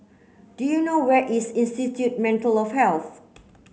do you know where is Institute Mental of Health